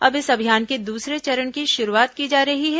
अब इस अभियान के दूसरे चरण की शुरूआत की जा रही है